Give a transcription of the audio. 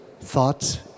thoughts